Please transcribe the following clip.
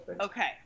Okay